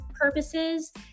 purposes